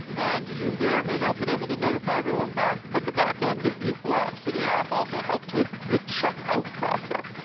and you may or may not been able to notify everyone back at the backend that you've left. so the app also helps with the checkout process.